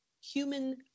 human